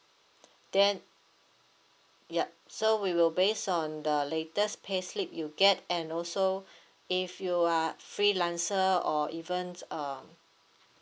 then ya so we will based on the latest payslip you get and also if you are freelancer or even um